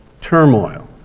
Turmoil